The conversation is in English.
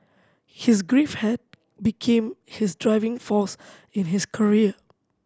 his grief had became his driving force in his career